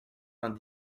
vingt